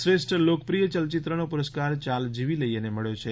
શ્રેષ્ઠ લોકપ્રિય યલચિત્રનો પુરસ્કાર યાલ જીવી લઈઓ ને મળ્યો છે